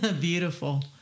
Beautiful